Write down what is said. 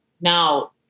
now